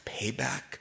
payback